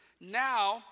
now